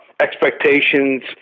Expectations